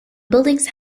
buildings